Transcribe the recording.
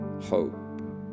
hope